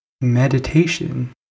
meditation